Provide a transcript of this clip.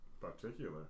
particular